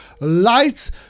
lights